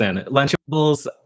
Lunchables